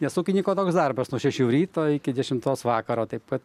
nes ūkininko toks darbas nuo šešių ryto iki dešimtos vakaro taip kad